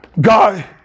God